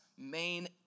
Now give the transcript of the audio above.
main